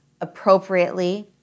appropriately